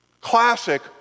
classic